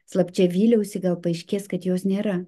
slapčia vyliausi gal paaiškės kad jos nėra